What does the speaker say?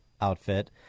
outfit